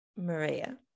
Maria